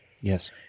Yes